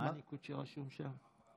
מה הניקוד שרשום שם?